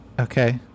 Okay